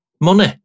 money